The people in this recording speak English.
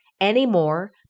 anymore